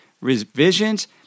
revisions